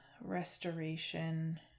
restoration